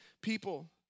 people